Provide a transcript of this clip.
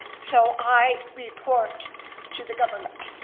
so i report to the government.